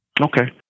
Okay